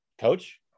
Coach